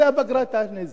אחרי הפגרה היא תענה,